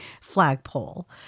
flagpole